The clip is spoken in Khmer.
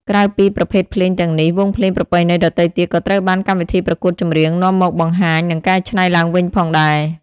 ក្រៅពីប្រភេទភ្លេងទាំងនេះ វង់ភ្លេងប្រពៃណីដទៃទៀតក៏ត្រូវបានកម្មវិធីប្រកួតចម្រៀងនាំមកបង្ហាញនិងកែច្នៃឡើងវិញផងដែរ